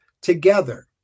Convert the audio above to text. together